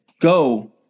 go